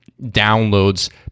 downloads